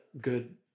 good